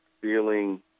feeling